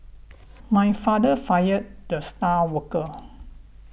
my father fired the star worker